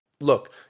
Look